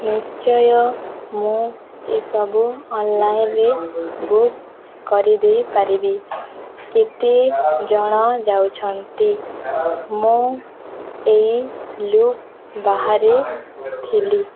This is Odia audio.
ନିଶ୍ଚୟ ମୁଁ ଏ ସବୁ ଅନ୍ଲାଇନ୍ରେ ବୁକ୍ କରି ଦେଇପାରିବି କେତେ ଜଣ ଯାଉଛନ୍ତି ମୁଁ ଏହି ଲୁପ୍ ବାହାରେ ଥିଲି